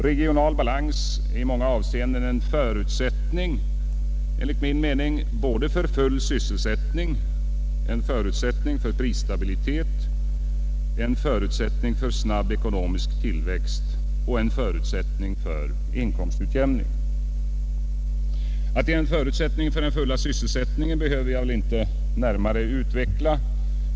Regional balans är i många avseenden enligt min mening en förutsättning för full sysselsättning, för prisstabilitet, för snabb ekonomisk tillväxt och för inkomstutjämning. Att den är en förutsättning för den fulla sysselsättningen behöver jag väl inte närmare utveckla.